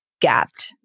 gapped